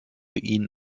ihn